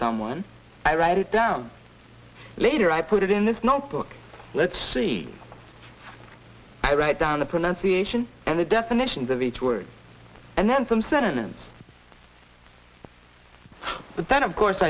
someone i write it down later i put it in this notebook let's see i write down the pronunciation and the definitions of each word and then some sentence but then of course